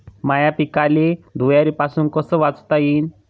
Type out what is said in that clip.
माह्या पिकाले धुयारीपासुन कस वाचवता येईन?